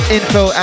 info